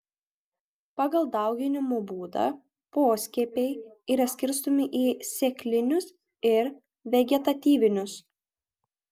pagal dauginimo būdą poskiepiai yra skirstomi į sėklinius ir vegetatyvinius